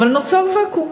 אבל נוצר ואקום,